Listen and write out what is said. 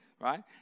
right